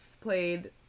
played